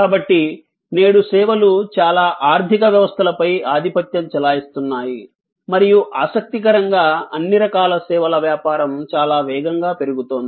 కాబట్టి నేడు సేవలు చాలా ఆర్థిక వ్యవస్థలపై ఆధిపత్యం చెలాయిస్తున్నాయి మరియు ఆసక్తికరంగా అన్ని రకాల సేవల వ్యాపారం చాలా వేగంగా పెరుగుతోంది